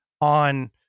on